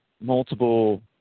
multiple